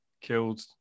killed